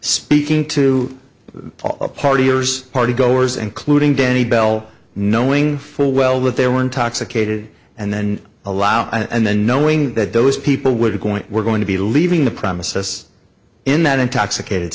speaking to a party years party goers including denny bell knowing full well what they were intoxicated and then allowed and then knowing that those people would appoint were going to be leaving the premises in that intoxicated